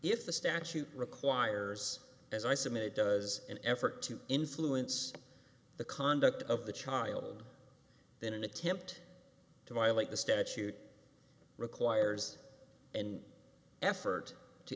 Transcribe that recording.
the statute requires as i submit does an effort to influence the conduct of the child then an attempt to violate the statute requires an effort to